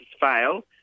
fail